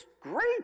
great